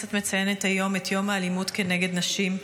הכנסת מציינת היום את יום האלימות כנגד נשים.